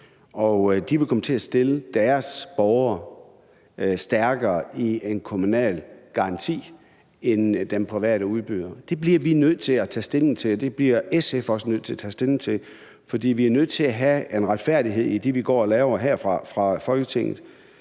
vil komme til at stille deres borgere stærkere i en kommunal garanti end den private udbyder. Det bliver vi nødt til at tage stilling til, og det bliver SF også nødt til at tage stilling til, fordi vi er nødt til at have en retfærdighed i det, vi går og laver her fra Folketingets